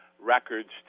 records